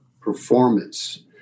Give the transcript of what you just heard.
performance